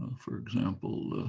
ah for example,